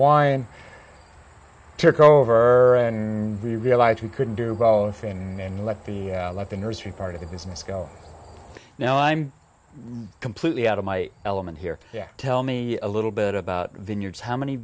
wind took over and we realised we couldn't do both and let the let the nursery part of the business go now i'm completely out of my element here yeah tell me a little bit about vineyards how many